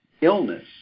illness